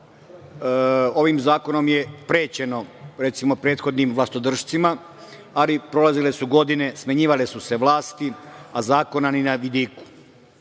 ovim zakonom je prećeno, recimo, prethodnim vlastodršcima, ali prolazile su godine, smenjivale su se vlasti, a zakona ni na